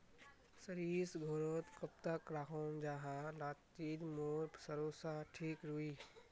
सरिस घोरोत कब तक राखुम जाहा लात्तिर मोर सरोसा ठिक रुई?